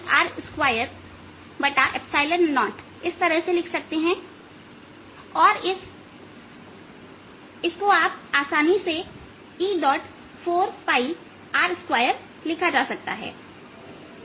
आप इसे 4R20इस तरह से लिख सकते हैं और इस Edsको आसानी से E4 R2लिखा जा सकता है